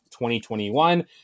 2021